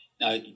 Now